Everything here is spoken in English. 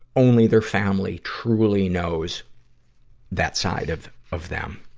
only their family truly knows that side of, of them.